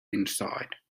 inside